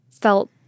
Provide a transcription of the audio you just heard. felt